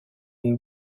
une